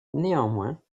néanmoins